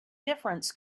difference